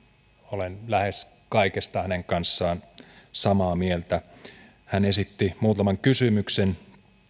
olen lähes kaikesta hänen kanssaan samaa mieltä hän esitti muutaman kysymyksen